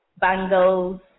bangles